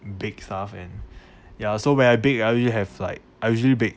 bake stuff and ya so when I bake I usually have like I usually bake